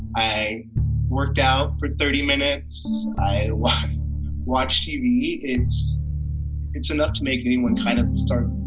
i worked out for thirty minutes. i watched tv. it's it's enough to make anyone kind of start